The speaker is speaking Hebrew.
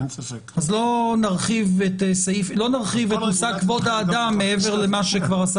אז לא נרחיב את מושג כבוד האדם מעבר למה שכבר עשה